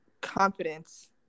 confidence